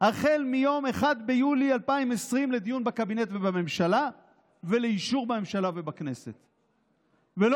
החל מיום 1.7.2020 לדיון בקבינט ובממשלה ולאישור בממשלה ו/או בכנסת".